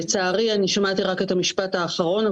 לצערי שמעתי רק את המשפט האחרון,